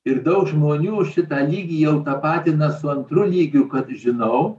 ir daug žmonių šitą lygį jau tapatina su antru lygiu kad žinau